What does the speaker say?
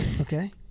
Okay